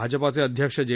भाजपा अध्यक्ष जे